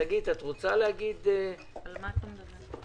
שגית, את רוצה להגיד בעניין הזה?